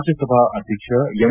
ರಾಜ್ವಸಭಾ ಅಧ್ಯಕ್ಷ ಎಂ